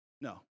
No